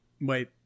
Wait